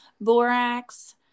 borax